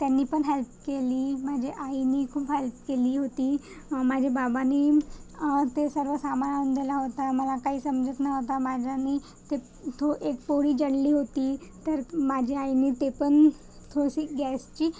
त्यांनी पण हेल्प केली म्हणजे आईनी खूप हेल्प केली होती माझे बाबांनी ते सर्व सामान आणून दिला होता मला काही समजत नव्हता माझ्यानं ते थो एक पोळी जळली होती तर माझ्या आईने ते पण थोडीशी गॅसची